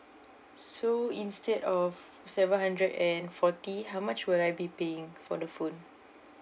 so instead of seven hundred and forty how much will I be paying for the phone